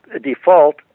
default